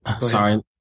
Sorry